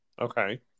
Okay